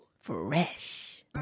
fresh